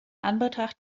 anbetracht